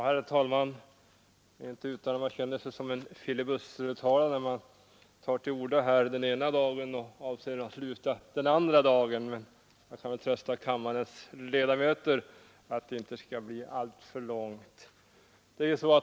Herr talman! Det är inte utan att man känner sig som en filibustertalare när man tar till orda här den ena dagen och avser att sluta den andra dagen. Men jag kan trösta kammarens ledamöter med att mitt anförande inte skall bli alltför långt.